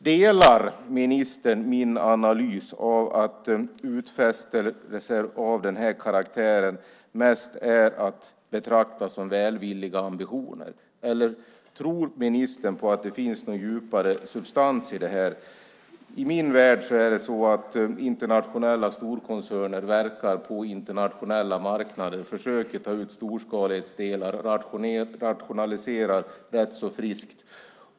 Delar ministern min analys av att utfästelser av den karaktären mest är att betrakta som välvilliga ambitioner? Tror ministern att det finns någon djupare substans i detta? I min värld verkar internationella storkoncerner på internationella marknader, försöker få ut storskalighetsfördelar och rationaliserar rätt så friskt.